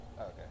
Okay